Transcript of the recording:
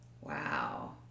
Wow